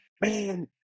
man